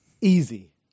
Easy